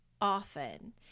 often